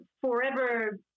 forever